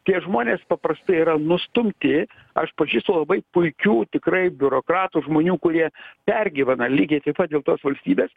tie žmonės paprastai yra nustumti aš pažįstu labai puikių tikrai biurokratų žmonių kurie pergyvena lygiai taip pat dėl tos valstybės